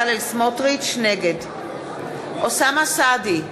נגד אוסאמה סעדי,